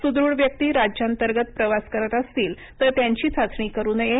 सुदृढ व्यक्ती राज्यांतर्गत प्रवास करत असतील तर त्यांची चाचणी करु नये